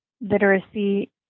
literacy